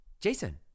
Jason